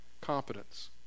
competence